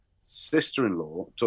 sister-in-law